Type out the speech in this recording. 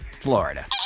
Florida